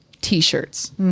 t-shirts